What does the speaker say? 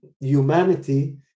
humanity